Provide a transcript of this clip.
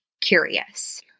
curious